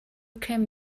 came